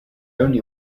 only